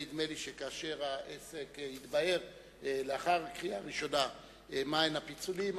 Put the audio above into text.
נדמה שכאשר העסק יתבהר לאחר הקריאה הראשונה ויראו מה הפיצולים,